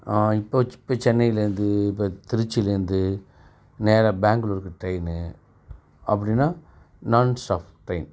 இப்போ இப்போ சென்னையிலேருந்து இப்போ திருச்சிலேருந்து நேராக பெங்களூருக்கு ட்ரெயினு அப்படின்னா நான் ஸ்டாஃப் ட்ரெயின்